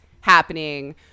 happening